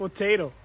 Potato